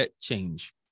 change